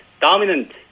dominant